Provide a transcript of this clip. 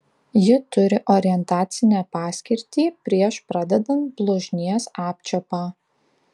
ji turi orientacinę paskirtį prieš pradedant blužnies apčiuopą